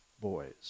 boys